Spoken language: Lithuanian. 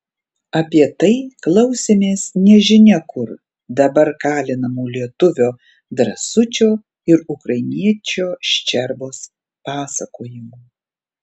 apie tai klausėmės nežinia kur dabar kalinamų lietuvio drąsučio ir ukrainiečio ščerbos pasakojimų